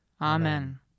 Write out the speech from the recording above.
Amen